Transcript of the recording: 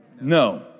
No